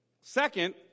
Second